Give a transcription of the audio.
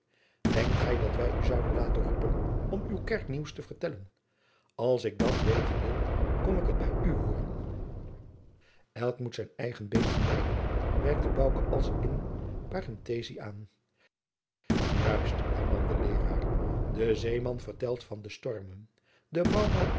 denkt gij dat wij u zouden laten roepen om u kerknieuws te vertellen als ik dat weten wil kom ik het bij u hooren elk moet zijn eigen beesten weiden merkte bouke als in parenthesi aan juist hernam de leeraar navita de ventis de